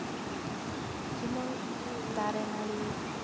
ᱡᱮᱢᱚᱱ ᱫᱟᱨᱮ ᱱᱟᱲᱤ